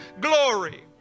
glory